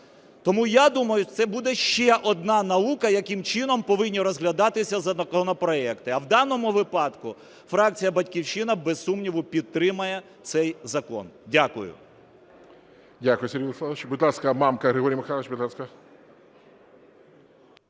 Тому я думаю, це буде ще одна наука, яким чином повинні розглядатися законопроекти. А в даному випадку фракція "Батьківщина" без сумніву підтримає цей закон. Дякую. ГОЛОВУЮЧИЙ. Дякую, Сергій Владиславович. Будь ласка, Мамка Григорій Миколайович,